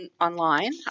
online